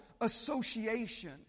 association